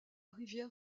rivière